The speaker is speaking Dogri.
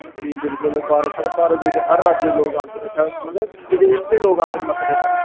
जी बिल्कुल साढ़े भारत दी ते हर राज्य दे लोर्क आंदे न इत्थै मतलब विदेश दा लोक आदें ना इत्थै मत्था टेकन